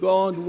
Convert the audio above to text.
God